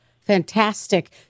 Fantastic